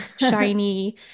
shiny